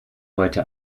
heute